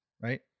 right